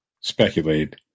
speculate